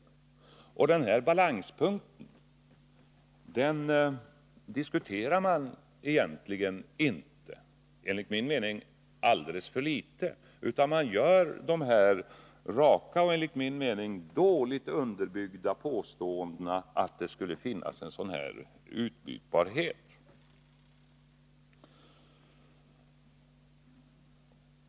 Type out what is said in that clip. Denna balanspunkt diskuterar man enligt min mening alldeles för litet. I stället görs ofta dessa raka och dåligt underbyggda påståenden om att det skulle finnas en utbytbarhet.